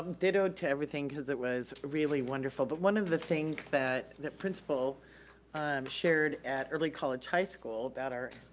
ditto to everything cause it was really wonderful, but one of the things that the principal um shared at early college high school that our,